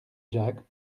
jacques